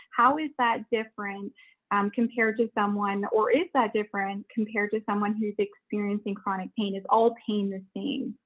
how is that different um compared to someone, or is that different compared to someone who's experiencing chronic pain is all pain the same?